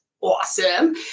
awesome